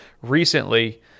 recently